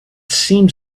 seemed